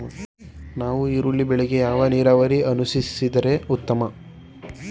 ನಾವು ಈರುಳ್ಳಿ ಬೆಳೆಗೆ ಯಾವ ನೀರಾವರಿ ಅನುಸರಿಸಿದರೆ ಉತ್ತಮ?